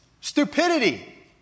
Stupidity